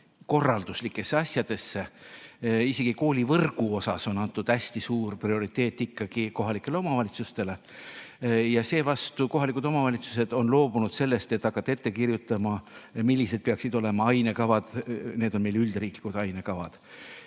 koolikorralduslikesse asjadesse. Isegi koolivõrgu puhul on antud hästi suur prioriteet ikkagi kohalikele omavalitsustele. Seevastu kohalikud omavalitsused on loobunud sellest, et hakata ette kirjutama, millised peaksid olema ainekavad. Meil on üldriiklikud ainekavad.